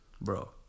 Bro